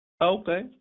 Okay